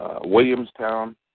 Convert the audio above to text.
Williamstown